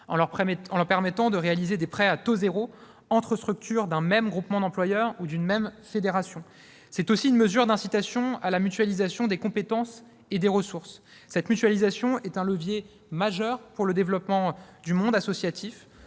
en leur permettant de réaliser des prêts à taux zéro entre structures d'un même groupement d'employeurs ou d'une même fédération. Il s'agit aussi d'une mesure d'incitation à la mutualisation des compétences et des ressources. Cette mutualisation est un levier majeur pour le développement du monde associatif